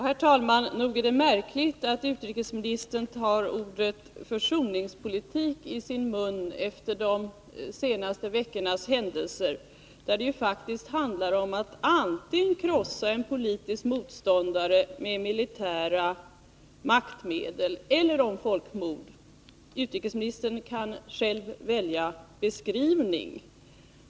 Herr talman! Nog är det märkligt att utrikesministern tar ordet försoningspolitik i sin mun efter de senaste veckornas händelser, där det ju faktiskt handlar om att antingen krossa en politisk motståndare med militära maktmedel eller att begå folkmord. Utrikesministern kan själv välja beskrivning.